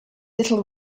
little